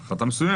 על החלטה מסוימת.